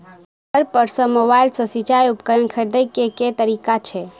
घर पर सऽ मोबाइल सऽ सिचाई उपकरण खरीदे केँ लेल केँ तरीका छैय?